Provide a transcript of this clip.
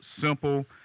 simple